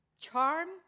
Charm